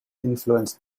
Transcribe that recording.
influenced